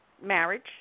marriage